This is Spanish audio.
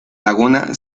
laguna